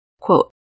quote